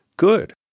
good